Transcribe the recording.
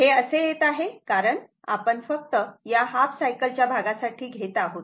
हे असे येत आहे कारण आपण फक्त या हाफ सायकलच्या भागासाठी घेत आहोत